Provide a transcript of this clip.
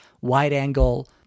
wide-angle